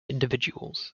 individuals